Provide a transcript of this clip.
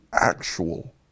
actual